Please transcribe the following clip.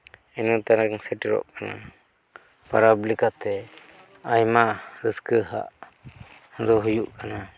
ᱤᱱᱟᱹ ᱛᱟᱭᱱᱚᱢ ᱥᱮᱴᱮᱨᱚᱜ ᱠᱟᱱᱟ ᱯᱚᱨᱚᱵᱽ ᱞᱮᱠᱟᱛᱮ ᱟᱭᱢᱟ ᱨᱟᱹᱥᱠᱟᱹ ᱦᱸᱟᱜ ᱫᱚ ᱦᱩᱭᱩᱜ ᱠᱟᱱᱟ